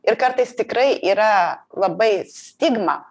ir kartais tikrai yra labai stigma